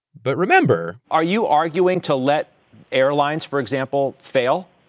but remember. are you arguing to let airlines, for example, fail?